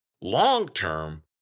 long-term